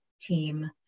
team